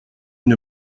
une